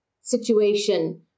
situation